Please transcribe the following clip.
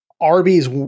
Arby's